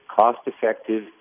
cost-effective